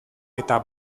eta